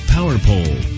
PowerPole